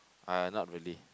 uh not really